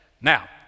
Now